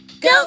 go